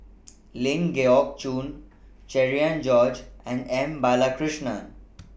Ling Geok Choon Cherian George and M Balakrishnan